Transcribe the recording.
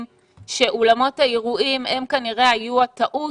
שאולמות האירועים הם כנראה היו הטעות.